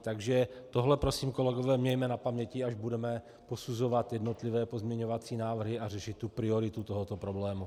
Takže tohle prosím, kolegové, mějme na paměti, až budeme posuzovat jednotlivé pozměňovací návrhy a řešit prioritu tohoto problému.